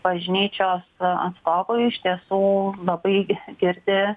bažnyčios atstovai iš tiesų labai girdi